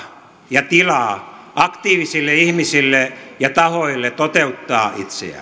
ja tilaa aktiivisille ihmisille ja tahoille toteuttaa itseään